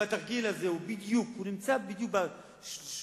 והתרגיל הזה נערך בדיוק חודשיים